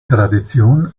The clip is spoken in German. tradition